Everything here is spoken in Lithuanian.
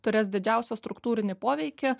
turės didžiausią struktūrinį poveikį